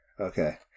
Okay